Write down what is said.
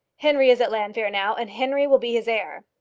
henry is at llanfeare now, and henry will be his heir.